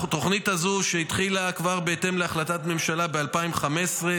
התוכנית הזאת התחילה בהתאם להחלטת ממשלה ב-2015,